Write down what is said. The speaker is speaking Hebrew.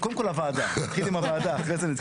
כל מקרה כזה נבחן לגופו כשצריך לקחת כמה קריטריונים,